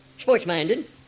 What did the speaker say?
Sports-minded